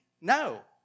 No